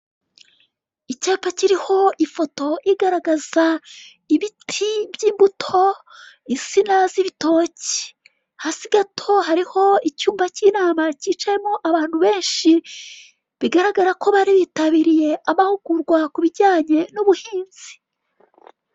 Icyapa kiriho ifoto igaragaza ibiti by'imbuto, insina z'ibitoki. Hasi gato hariho icyumba k'inana kicayemo abantu benshi bigaragara ko bari baribitabiriye amahugurwa kubijyanye n'ubuhinzi.